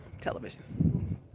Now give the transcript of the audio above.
television